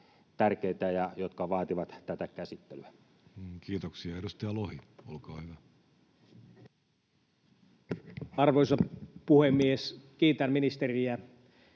tärkeitä ja jotka vaativat tätä käsittelyä? Kiitoksia. — Edustaja Lohi, olkaa hyvä. Arvoisa puhemies! Kiitän ministeriä